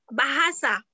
bahasa